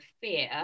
fear